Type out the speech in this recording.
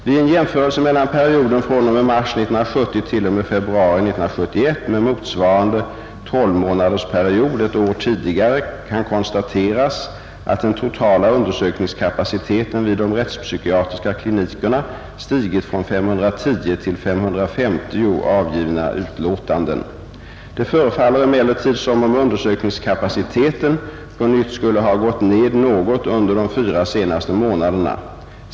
Vid en jämförelse mellan perioden fr.o.m. mars 1970 t.o.m. februari 1971 med motsvarande tolvmånadersperiod ett år tidigare kan konstateras, att den totala undersökningskapaciteten vid de rättspsykiatriska klinikerna stigit från 510 till 550 avgivna utlåtanden. Det förefaller emellertid som om undersökningskapaciteten på nytt skulle ha gått ned något under de fyra senaste månaderna.